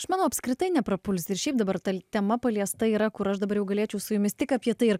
aš manau apskritai neprapulsi ir šiaip dabar ta tema paliesta yra kur aš dabar galėčiau su jumis tik apie tai ir